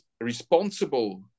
responsible